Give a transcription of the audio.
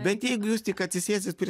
bet jeigu jūs tik atsisėsit prie